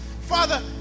Father